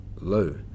low